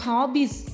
Hobbies